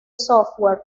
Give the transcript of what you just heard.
software